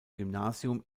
gymnasium